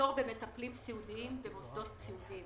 והמחסור במטפלים סיעודיים במוסדות סיעודיים.